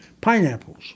pineapples